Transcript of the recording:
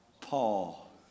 Paul